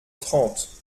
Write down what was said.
trente